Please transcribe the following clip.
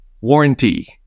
warranty